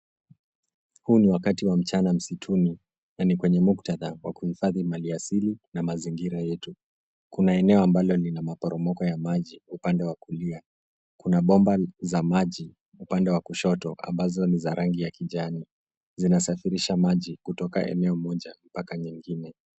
Huu ni wakati wa mchana msituni na ni kwenye muktadha wa kuhifadhi maliasili na mazingira yetu. Kuna eneo ambalo lina maporomoko ya maji upande wa kulia. Kuna bomba za maji upande wa kushoto ambazo ni za rangi ya kijani .Zinasafirisha maji kutoka eneo moja mpaka nyingine.